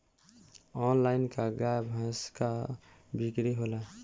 Online का गाय भैंस क बिक्री होला?